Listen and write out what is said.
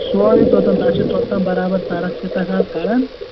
سورُے توٚتَن تانۍ چھِ توٚتام برابر سڑک چھِ تتھ حظ کَڑان